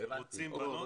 שרוצים בנות.